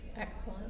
Excellent